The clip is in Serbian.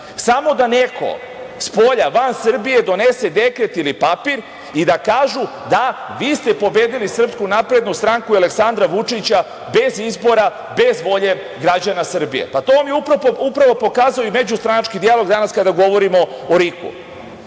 samo da neko spolja, van Srbije donese dekret ili papir i da kažu – da, vi ste pobedili SNS i Aleksandra Vučića bez izbora, bez volje građana Srbije. To vam je upravo pokazao i međustranački dijalog danas kada govorimo o RIK-u.